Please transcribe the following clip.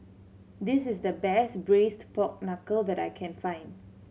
this is the best Braised Pork Knuckle that I can find